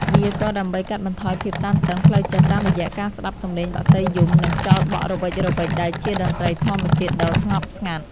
វាក៏ដើម្បីកាត់បន្ថយភាពតានតឹងផ្លូវចិត្តតាមរយៈការស្ដាប់សំឡេងបក្សីយំ និងខ្យល់បក់រវិចៗដែលជាតន្ត្រីធម្មជាតិដ៏ស្ងប់ស្ងាត់។